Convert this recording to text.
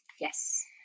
Yes